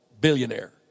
billionaire